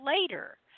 later